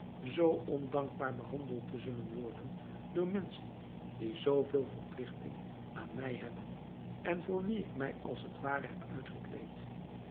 zoo ondankbaar behandeld te zullen worden door menschen die zoo veel verpligting aan mij hebben en voor wie ik mij als het ware heb